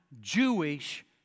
Jewish